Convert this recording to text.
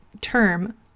term